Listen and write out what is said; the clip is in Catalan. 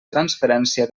transferència